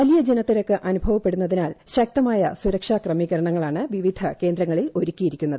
വലിയ ജനത്തിരക്ക് അനുഭവപ്പെടുന്നതിനാൽ ശക്തമായ സുരക്ഷാ ക്രമീകരണങ്ങളാണ് വിവിധ കേന്ദ്രങ്ങളിൽ ഒരുക്കിയിരിക്കുന്നത്